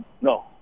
No